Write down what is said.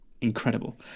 incredible